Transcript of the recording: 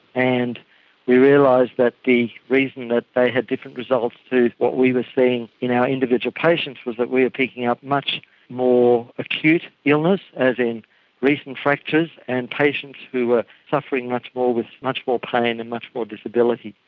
and we realised that the reason that they had different results to what we were seeing in our individual cases was that we were picking up much more acute illness, as in recent fractures and patients who were suffering much more, with much more pain and much more disability.